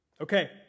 Okay